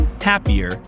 happier